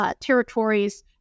territories